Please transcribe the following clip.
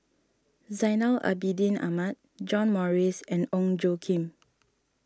Zainal Abidin Ahmad John Morrice and Ong Tjoe Kim